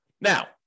Now